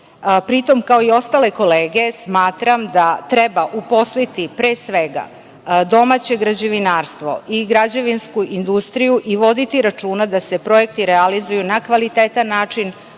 Pri tom, kao i ostale kolege, smatram da treba uposliti, pre svega, domaće građevinarstvo i građevinsku industriju i voditi računa da se projekti realizuju na kvalitetan način